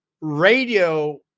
radio